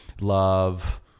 love